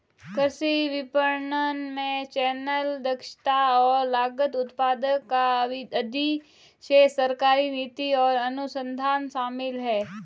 कृषि विपणन में चैनल, दक्षता और लागत, उत्पादक का अधिशेष, सरकारी नीति और अनुसंधान शामिल हैं